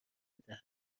بدهد